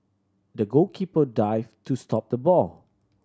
the goalkeeper dive to stop the ball